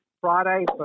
Friday